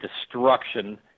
destruction